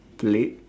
plate